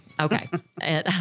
Okay